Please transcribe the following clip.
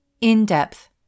In-depth